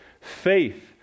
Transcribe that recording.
Faith